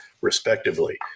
respectively